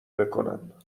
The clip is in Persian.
بکنم